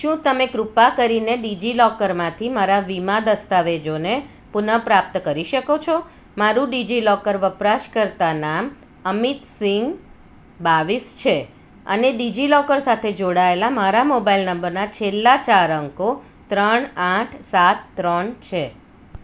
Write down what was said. શું તમે કૃપા કરીને ડિજિલોકરમાંથી મારા વીમા દસ્તાવેજોને પુનઃપ્રાપ્ત કરી શકો છો મારું ડિજિલોકર વપરાશકર્તા નામ અમિત સિંગ બાવીસ છે અને ડિજિલોકર સાથે જોડાયેલા મારા મોબાઇલ નંબરના છેલ્લા ચાર અંકો ત્રણ આઠ સાત ત્રણ છે